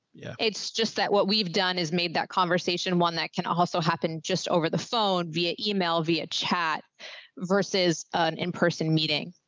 yeah. it's just that what we've done is made that conversation. one that can also happen just over the phone via email, via chat versus an in person meeting.